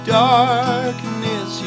darkness